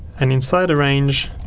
and inside arrange,